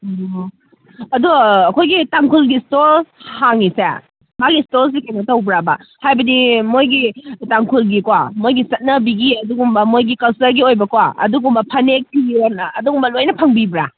ꯑꯣ ꯑꯗꯣ ꯑꯩꯈꯣꯏꯒꯤ ꯇꯥꯡꯈꯨꯜꯒꯤ ꯁ꯭ꯇꯣꯜ ꯍꯥꯡꯉꯤꯁꯦ ꯃꯥꯒꯤ ꯁ꯭ꯇꯣꯔꯁꯦ ꯀꯩꯅꯣ ꯇꯧꯕ꯭ꯔꯥꯕꯥ ꯍꯥꯏꯕꯗꯤ ꯃꯣꯏꯒꯤ ꯇꯥꯡꯈꯨꯜꯒꯤꯀꯣ ꯃꯣꯏꯒꯤ ꯆꯠꯅꯕꯤꯒꯤ ꯑꯗꯨꯒꯨꯝꯕ ꯃꯣꯏꯒꯤ ꯀꯜꯆꯔꯒꯤ ꯑꯣꯏꯕꯀꯣ ꯑꯗꯨꯒꯨꯝꯕ ꯐꯅꯦꯛ ꯐꯤꯔꯣꯟ ꯑꯗꯨꯒꯨꯝꯕ ꯂꯣꯏꯅ ꯐꯪꯕꯤꯕ꯭ꯔꯥ